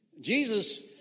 Jesus